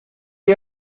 que